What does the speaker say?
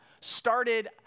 started